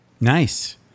Nice